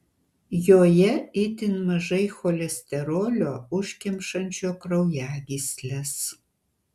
joje itin mažai cholesterolio užkemšančio kraujagysles